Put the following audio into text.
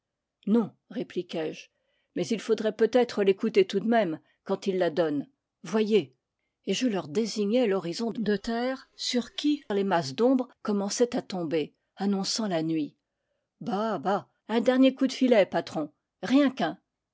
non répliquai-je mais il faudrait peut-être l'écouter tout de même quand il la donne voyez et je leur désignai l'horizon de terre sur qui les masses d'ombre commençaient à tomber annonçant la nuit bah bah un dernier coup de filet patron rien qu'un